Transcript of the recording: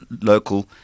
local